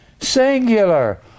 singular